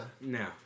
No